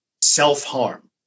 Self-harm